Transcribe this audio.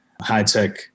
high-tech